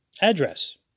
Address